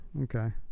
okay